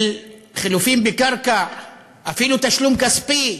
של חילופים בקרקע ואפילו תשלום כספי,